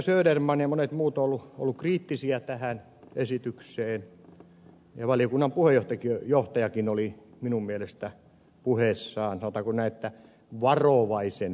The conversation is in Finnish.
söderman ja monet muut ovat olleet kriittisiä tähän esitykseen ja valiokunnan puheenjohtajakin oli minun mielestäni puheessaan sanotaanko näin että varovaisen kriittinen